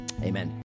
amen